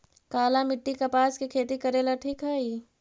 काली मिट्टी, कपास के खेती करेला ठिक हइ?